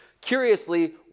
Curiously